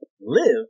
live